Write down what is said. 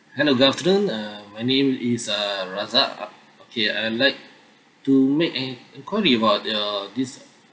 hello good afternoon uh my name is uh rasa okay I like to make an enquiry about your this